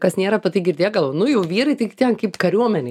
kas nėra apie tai girdėję gal nu jau vyrai tai ten kaip kariuomenėj